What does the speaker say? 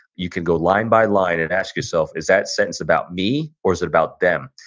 you can go line by line and ask yourself, is that sentence about me or is it about them?